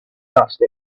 dust